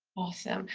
awesome.